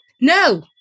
No